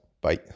Bye